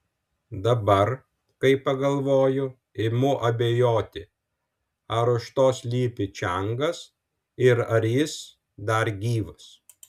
dabar kai pagalvoju imu abejoti ar už to slypi čiangas ir ar jis dar gyvas